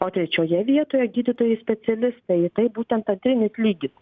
o trečioje vietoje gydytojai specialistai tai būtent antrinis lygis